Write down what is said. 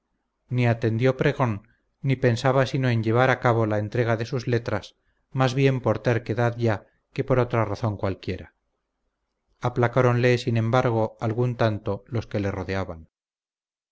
ni atendió pregón ni pensaba sino en llevar a cabo la entrega de sus letras más bien por terquedad ya que por otra razón cualquiera aplacáronle sin embargo algún tanto los que le rodeaban